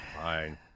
fine